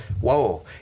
whoa